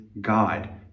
God